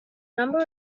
number